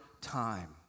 time